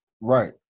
right